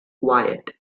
quiet